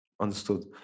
Understood